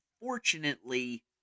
Unfortunately